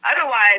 Otherwise